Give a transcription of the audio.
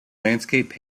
landscape